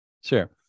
Sure